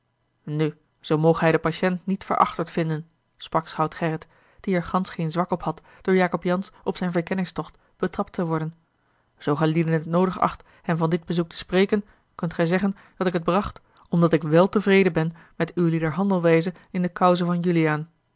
nu zoo moge hij den patiënt niet verachterd vinden sprak schout gerrit die er gansch geen zwak op had door jacob jansz op zijn verkenningstocht betrapt te worden zoo gijlieden het noodig acht hem van dit bezoek te spreken kunt gij zeggen dat ik het bracht omdat ik wel tevreden ben met ulieder handelwijze in de cause van juliaan